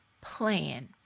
plan